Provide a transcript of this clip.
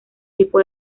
tipo